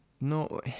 No